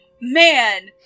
Man